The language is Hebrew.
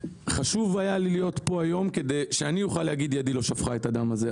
חשוב היה לי להיות פה היום כדי שאני אוכל להגיד ידי לא שפכה את הדם הזה,